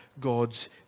God's